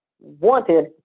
wanted